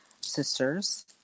sisters